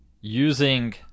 using